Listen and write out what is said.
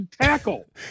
tackle